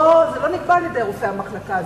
זה לא נקבע על-ידי רופא המחלקה.